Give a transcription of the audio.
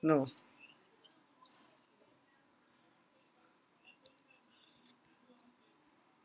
no